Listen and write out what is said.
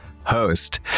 host